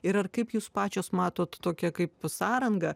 ir ar kaip jūs pačios matot tokią kaip sąranga